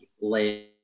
late